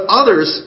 others